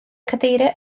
cadeiriau